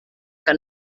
que